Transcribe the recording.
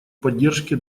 поддержке